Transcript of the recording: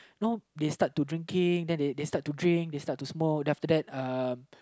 you know they start to drinking then they start to drink start to smoke then after that uh